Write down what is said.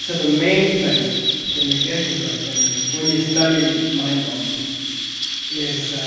so the main place in the geshe course, thank you, when you study mind-only is.